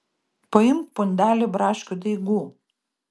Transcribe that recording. paimk pundelį braškių daigų